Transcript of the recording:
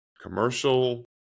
commercial